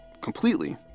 completely